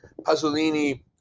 Pasolini